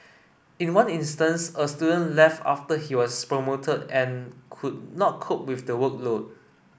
in one instance a student left after he was promoted and could not cope with the workload